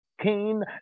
Cain